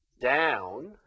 Down